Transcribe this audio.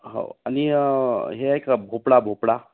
हो आणि हे आहे का भोपळा भोपळा